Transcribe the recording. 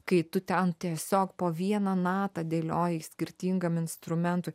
kai tu ten tiesiog po vieną natą dėlioji skirtingam instrumentui